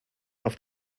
auf